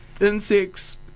insects